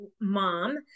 mom